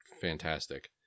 fantastic